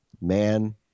man